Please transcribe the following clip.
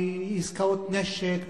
בעסקאות נשק,